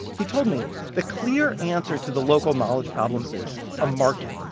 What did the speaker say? he told me the clear answer to the local knowledge problem is a market,